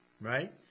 right